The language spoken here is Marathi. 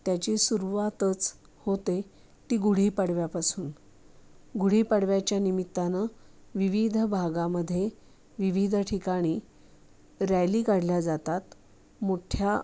त्याची सुरवातच होते ती गुढी पाडव्यापासून गुढी पाडव्याच्या निमित्तानं विविध भागामध्ये विविध ठिकाणी रॅली काढल्या जातात मोठ्या